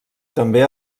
també